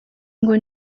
ngo